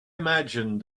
imagined